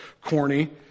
corny